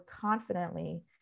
confidently